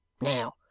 Now